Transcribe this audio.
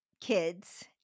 kids